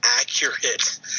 accurate